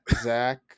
Zach